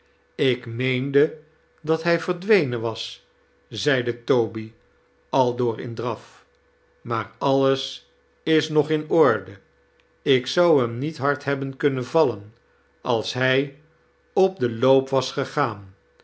ik meende dat hij verdwenen was zei toby aldoor in draf maar alles is nog in orde ik zou hem niet hard hebbeh kunnen vallen als hij op den loop was gegaan